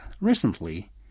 recently